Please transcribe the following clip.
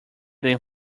than